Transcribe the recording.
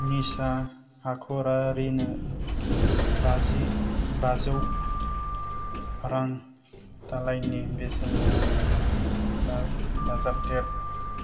निसा हाख'रारिनो बाजि बाजौ रां दालायनि बेसेन महरै दाजाबदेर